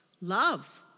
Love